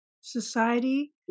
society